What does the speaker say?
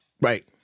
Right